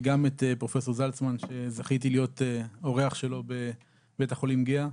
גם את פרופ' זלצמן שזכיתי להיות אורח שלו בבית החולים גהה,